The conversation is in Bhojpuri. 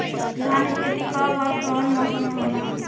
धान क खेती कब ओर कवना मौसम में होला?